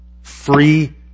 Free